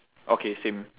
okay same